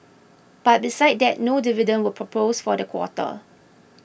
but besides that no dividend was proposed for the quarter